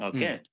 Okay